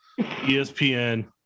ESPN